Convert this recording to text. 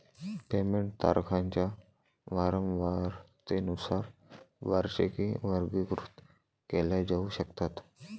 payment तारखांच्या वारंवारतेनुसार वार्षिकी वर्गीकृत केल्या जाऊ शकतात